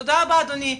תודה רבה אדוני,